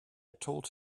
told